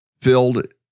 filled